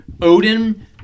Odin